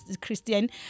Christian